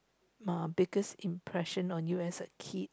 uh biggest impression on you as a kid